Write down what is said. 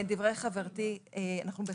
אני רוצה להתייחס לדברי חברתי,